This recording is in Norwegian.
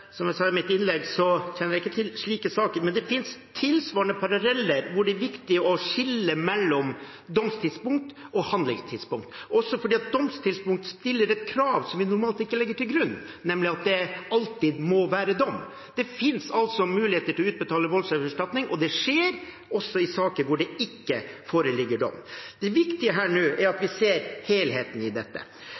Som jeg sa i mitt innlegg, kjenner jeg ikke til slike saker. Men det finnes tilsvarende paralleller hvor det er viktig å skille mellom domstidspunkt og handlingstidspunkt, også fordi domstidspunkt stiller et krav som vi normalt ikke legger til grunn, nemlig at det alltid må være dom. Det finnes altså muligheter til å utbetale voldsoffererstatning, og det skjer også i saker hvor det ikke foreligger dom. Det viktige her nå er at vi ser helheten i dette.